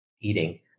eating